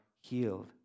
healed